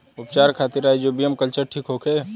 उपचार खातिर rhizobium culture ठीक होखे?